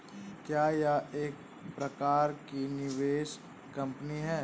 क्या यह एक प्रकार की निवेश कंपनी है?